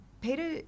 Peter